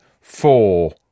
Four